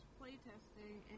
playtesting